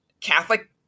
Catholic